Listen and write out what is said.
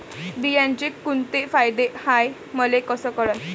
बिम्याचे कुंते फायदे हाय मले कस कळन?